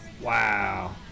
Wow